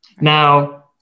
Now